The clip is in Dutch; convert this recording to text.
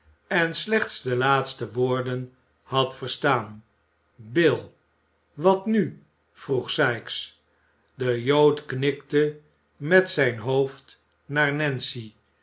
en slechts de laatste woorden had verstaan bill wat nu vroeg sikes de jood knikte mef zijn hoofd naar nancy